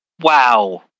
wow